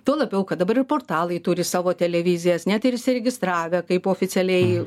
tuo labiau kad dabar ir portalai turi savo televizijas net ir įsiregistravę kaip oficialiai